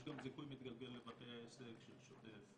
יש גם זיכוי מתגלגל לבתי העסק של שוטף,